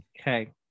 Okay